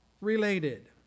Related